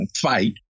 fight